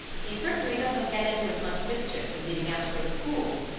he certainly doesn't get into as much mischief since he began to go to school,